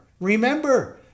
Remember